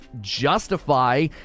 justify